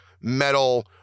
metal